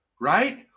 right